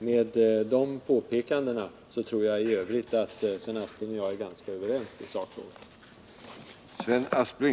Med de här påpekandena tror jag i övrigt att Sven Aspling och jag är ganska överens i sakfrågan.